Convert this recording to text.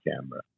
camera